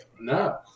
No